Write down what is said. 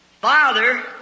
father